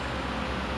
true true